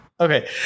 Okay